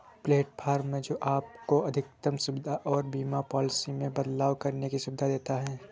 platform है, जो आपको अधिकतम सुविधा और बीमा पॉलिसी में बदलाव करने की सुविधा देता है